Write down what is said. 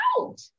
out